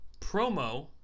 promo